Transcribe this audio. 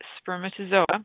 spermatozoa